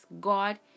God